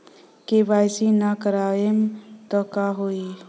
KYC ना करवाएम तब का होई?